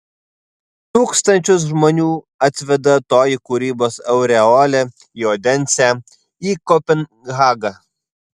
tūkstančius žmonių atveda toji kūrybos aureolė į odensę į kopenhagą